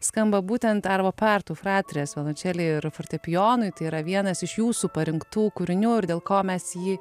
skamba būtent violenčelę fortepijonui tai yra vienas iš jūsų parinktų kūrinių ir dėl ko mes jį